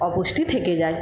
অপুষ্টি থেকে যায়